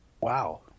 Wow